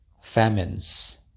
famines